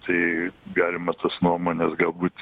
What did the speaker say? tai galima tos nuomonės galbūt